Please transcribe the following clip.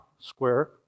square